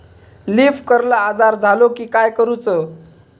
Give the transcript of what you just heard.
Leaf curl आजार झालो की काय करूच?